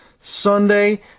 Sunday